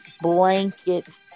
blanket